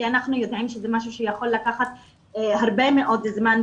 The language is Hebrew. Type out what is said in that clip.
כי אנחנו יודעים שזה משהו שיכול לקחת הרבה מאוד זמן,